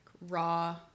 raw